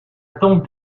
dent